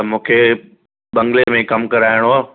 त मूंखे बंगले में कमु करायणो हुओ